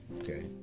okay